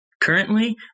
Currently